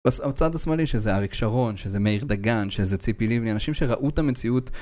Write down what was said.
בצד השמאלי, שזה אריק שרון, שזה מאיר דגן, שזה ציפי ליבני, אנשים שראו את המציאות